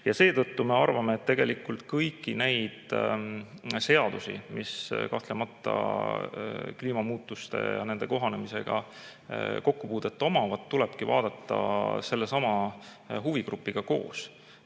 Seetõttu me arvame, et tegelikult kõiki neid seadusi, millel kahtlemata on kliimamuutustega kohanemisega kokkupuude, tulebki vaadata sellesama huvigrupiga koos.